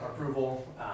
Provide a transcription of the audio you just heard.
approval